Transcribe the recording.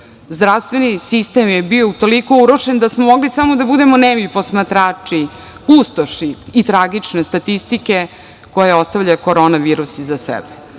Zdravstveni sistem je bio u toliko urušen da smo mogli samo da budemo nemi posmatrači pustoši i tragične statistike koju ostavlja korona virus iza sebe,